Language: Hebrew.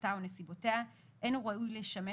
חומרתה או נסיבותיה אין הוא ראוי לשמש